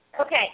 Okay